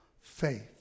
faith